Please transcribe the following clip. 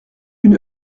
une